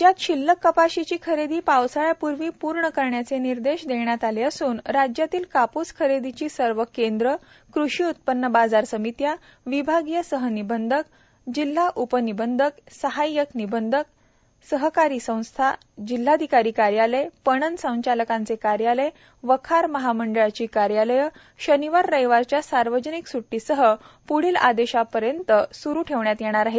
राज्यात शिल्लक कापसाची खरेदी पावसाळ्यापूर्वी पूर्ण करण्याचे निर्देश देण्यात आले असून राज्यातील काप्सखरेदीची सर्व केंद्रे कृषी उत्पन्न बाजार समित्या विभागीय सहनिबंधक जिल्हाउपनिबंधक सहायक निबंधक सहकारी संस्था जिल्हाधिकारी कार्यालय पणन संचालकांचे कार्यालय वखार महामंडळाची कार्यालये शनिवार रविवारच्या सार्वजनिक स्टीसह प्ढील आदेश होईपर्यंत सुरु ठेवण्यात येणार आहेत